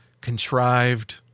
contrived